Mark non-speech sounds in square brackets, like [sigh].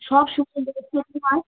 সব [unintelligible] হয়